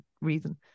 reason